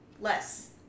Less